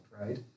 right